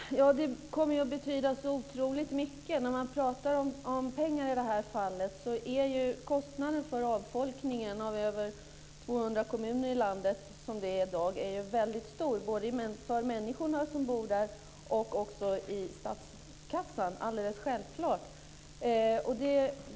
Fru talman! Det kommer att betyda otroligt mycket. När man talar om pengar i det här fallet är kostnaden för avfolkningen av över 200 av landets kommuner, som det är i dag fråga om, självklart väldigt stor både för människorna som bor där och för statskassan.